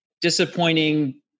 disappointing